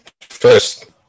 First